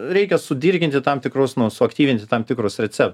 reikia sudirginti tam tikrus nu suaktyvinti tam tikrus recep